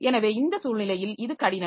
எனவே அந்த சூழ்நிலையில் இது கடினம்